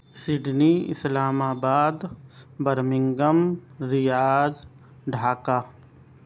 سڈھنی Islamabad Birmingham Riyadh Dhaka